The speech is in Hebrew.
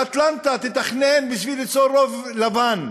באטלנטה תתכנן בשביל ליצור רוב לבן,